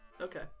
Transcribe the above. Okay